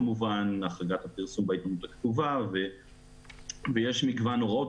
כמובן החרגת הפרסום בעיתונות הכתובה ויש מגוון הוראות.